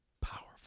Powerful